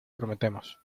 prometemos